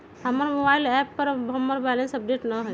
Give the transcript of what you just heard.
हमर mobile app पर हमर बैलेंस अपडेट न हई